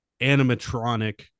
animatronic